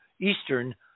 eastern